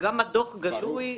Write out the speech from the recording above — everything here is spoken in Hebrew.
גם הדוח גלוי לציבור.